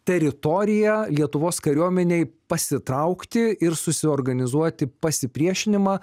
teritoriją lietuvos kariuomenei pasitraukti ir susiorganizuoti pasipriešinimą